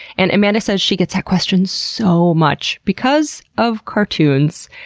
and amanda says she gets that question so much because of cartoons.